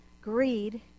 greed